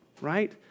right